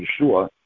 Yeshua